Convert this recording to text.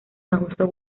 agosto